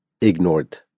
ignored